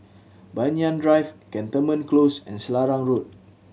Banyan Drive Cantonment Close and Selarang Road